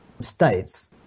states